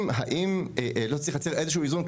האם לא צריך לייצר איזה שהוא איזון,